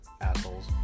assholes